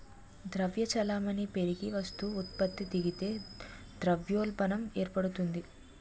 ద్రవ్య చలామణి పెరిగి వస్తు ఉత్పత్తి తగ్గితే ద్రవ్యోల్బణం ఏర్పడుతుంది